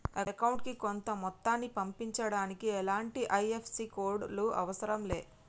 అకౌంటుకి కొంత మొత్తాన్ని పంపించడానికి ఎలాంటి ఐ.ఎఫ్.ఎస్.సి కోడ్ లు అవసరం లే